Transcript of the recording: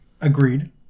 Agreed